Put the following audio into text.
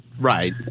Right